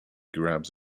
grabs